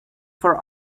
for